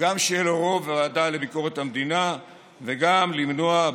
גם שיהיה לו רוב בוועדה לביקורת המדינה וגם למנוע,